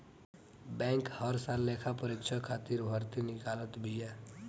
bank हर साल लेखापरीक्षक खातिर भर्ती निकालत बिया